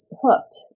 hooked